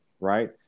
right